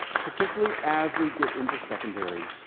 particularly as we get into secondary.